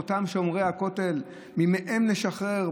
מאותם שומרי הכותל, מהם נשחרר?